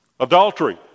Adultery